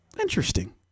Interesting